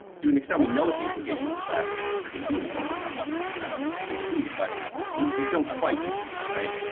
to an extent, we know what the implications of that are going to be. we know what the consequence of that is going to be, but we we don't quite know, right?